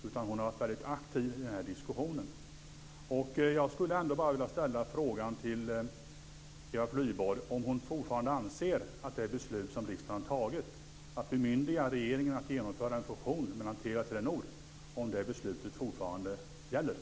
Eva Flyborg har varit väldigt aktiv i den här diskussionen.